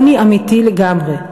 עוני אמיתי לגמרי.